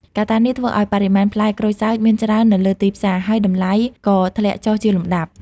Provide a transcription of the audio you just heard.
កត្តានេះធ្វើឱ្យបរិមាណផ្លែក្រូចសើចមានច្រើននៅលើទីផ្សារ ហើយតម្លៃក៏ធ្លាក់ចុះជាលំដាប់។